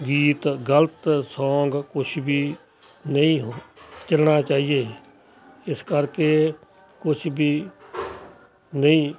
ਗੀਤ ਗਲਤ ਸੌਂਗ ਕੁਛ ਵੀ ਨਹੀਂ ਚਲਣਾ ਚਾਹੀਏ ਇਸ ਕਰਕੇ ਕੁਛ ਵੀ ਨਹੀਂ